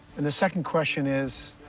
and the second question is,